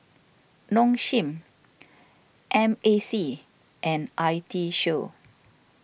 Nong Shim M A C and I T Show